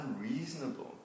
unreasonable